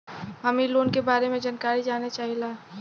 हम इ लोन के बारे मे जानकारी जाने चाहीला?